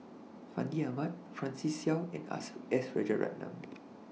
Fandi Ahmad Francis Seow and S Rajaratnam